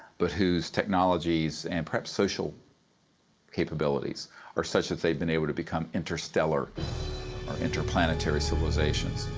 but whose technologies and perhaps social capabilities are such, that they've been able to become interstellar or interplanetary civilisations.